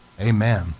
amen